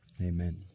Amen